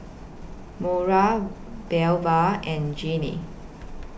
Mora Belva and Jeane